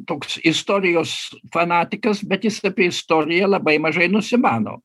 toks istorijos fanatikas bet jis apie istoriją labai mažai nusimano